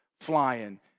flying